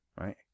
right